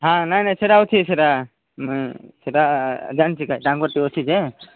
ହଁ ନାହିଁ ନାହିଁ ସେଇଟା ହେଉଛି ସେଇଟା ସେଇଟା ଜାଣିଛୁ କା ଚାମ୍ବରକେ ଅଛି ଯେ